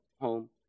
home